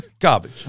Garbage